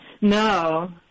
No